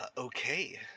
Okay